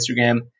Instagram